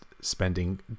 spending